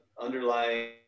underlying